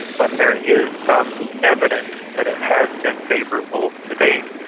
but there is some evidence that it has been favourable to date,